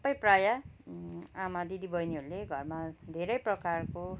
सबै प्रायः आमा दिदी बहिनीहरूले घरमा धेरै प्रकारको